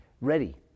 ready